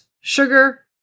sugar